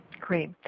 Great